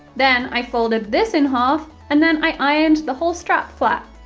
then, i folded this in half, and then i ironed the whole strap flat.